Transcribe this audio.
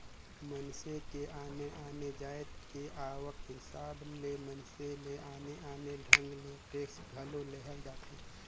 मइनसे के आने आने जाएत के आवक हिसाब ले मइनसे ले आने आने ढंग ले टेक्स घलो लेहल जाथे